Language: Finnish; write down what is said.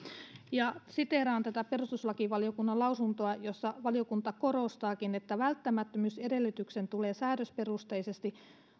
siteeraan tätä perustuslakivaliokunnan lausuntoa jossa valiokunta korostaakin että välttämättömyysedellytyksen tulee säädösperusteisesti